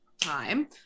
time